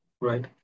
right